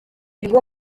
ibigo